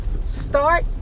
Start